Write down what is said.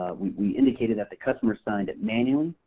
ah we we indicated that the customer signed it manually,